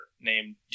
named